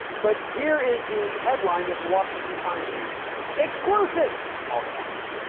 but here is the headline that the washington times used exclusive, all caps,